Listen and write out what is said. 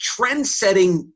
trendsetting